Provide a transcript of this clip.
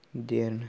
बिदि आरो ना